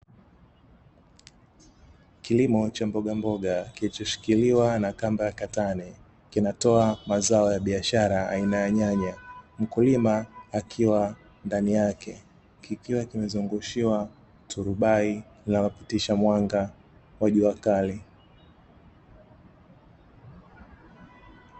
Kilimo cha Mbogamboga kilichoshikiliwa na kamba ya katani, kinatoa mazao ya biashara aina ya nyanya. Mkulima akiwa ndani yake, kikiwa kimezungushiwa turubai lisilopitisha mwanga wa jua kali.